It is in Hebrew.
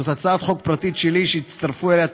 זאת הצעת חוק פרטית שלי שהצטרפו אליה,